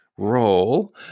role